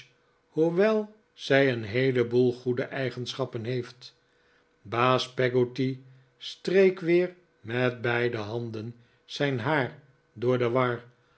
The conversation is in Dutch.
hoewel zij een heeleboel goede eigenschappen heeft baas peggotty streek weer met beide handen zijn haar door de war